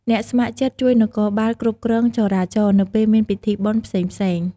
អ្នកស្ម័គ្រចិត្តជួយនគរបាលគ្រប់គ្រងចរាចរណ៍ នៅពេលមានពិធីបុណ្យផ្សេងៗ។